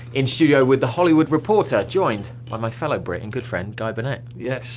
in studio with the hollywood reporter, joined by my fellow brit and good friend, guy burnet. yes.